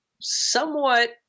somewhat